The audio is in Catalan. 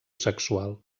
sexual